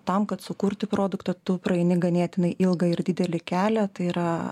tam kad sukurti produktą tu praeini ganėtinai ilgą ir didelį kelią tai yra